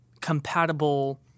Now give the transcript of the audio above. compatible